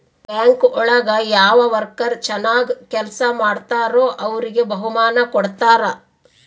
bank ಒಳಗ ಯಾವ worker ಚನಾಗ್ ಕೆಲ್ಸ ಮಾಡ್ತಾರೋ ಅವ್ರಿಗೆ ಬಹುಮಾನ ಕೊಡ್ತಾರ